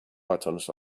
buttons